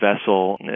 vessel